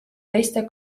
teiste